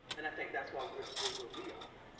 and i think that's why we're still where we are,